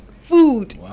food